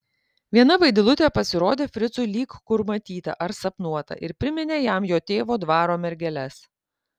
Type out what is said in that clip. viena vaidilutė pasirodė fricui lyg kur matyta ar sapnuota ir priminė jam jo tėvo dvaro mergeles